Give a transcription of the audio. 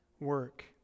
work